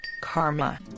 karma